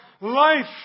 life